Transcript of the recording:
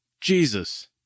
Jesus